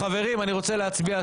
חברים, אני רוצה להצביע.